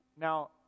Now